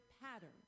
pattern